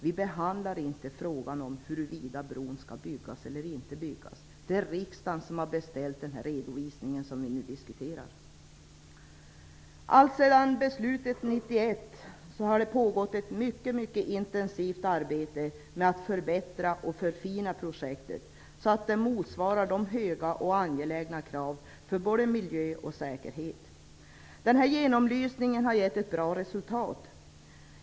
Vi behandlar inte frågan om huruvida bron skall byggas eller inte byggas. Det är riksdagen som har beställt den redovisning som vi nu diskuterar. Alltsedan beslutet 1991 har det pågått ett mycket intensivt arbete med att förbättra och förfina projektet så att det motsvarar de höga och angelägna kraven för både miljö och säkerhet. Genomlysningen har givit ett bra resultat.